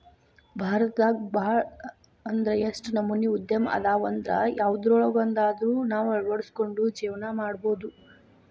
ಭಾರತದಾಗ ಭಾಳ್ ಅಂದ್ರ ಯೆಷ್ಟ್ ನಮನಿ ಉದ್ಯಮ ಅದಾವಂದ್ರ ಯವ್ದ್ರೊಳಗ್ವಂದಾದ್ರು ನಾವ್ ಅಳ್ವಡ್ಸ್ಕೊಂಡು ಜೇವ್ನಾ ಮಾಡ್ಬೊದು